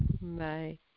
Bye